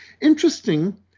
Interesting